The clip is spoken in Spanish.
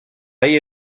hay